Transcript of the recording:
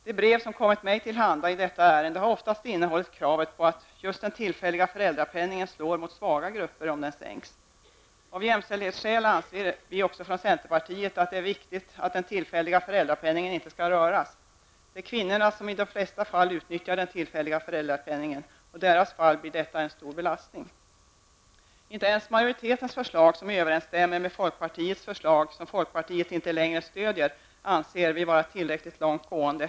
De brev som kommit mig tillhanda i detta ärende har oftast handlat om att en sänkning av den tillfälliga föräldrapenningen slår mot svaga grupper. Vi från centerpartiet anser, av jämställdhetsskäl, att det är viktigt att man inte rör den tillfälliga föräldrapenningen. Det är kvinnorna som i de flesta fall utnyttjar den tillfälliga föräldrapenningen, och i deras fall blir detta en stor belastning. Inte ens majoritetens förslag, som överensstämmer med det förslag från folkpartiet som folkpartiet inte längre stödjer, anser vi vara tillräckligt långt gående.